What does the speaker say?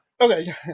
Okay